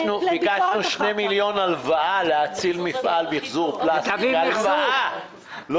שני מיליון שקל הלוואה כדי להציל מפעל למיחזור פלסטיק ולא הצלחנו.